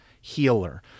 healer